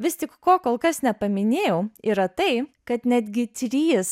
vis tik ko kol kas nepaminėjau yra tai kad netgi trys